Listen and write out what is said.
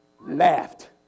laughed